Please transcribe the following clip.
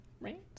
right